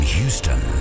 Houston